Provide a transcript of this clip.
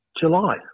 July